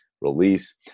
release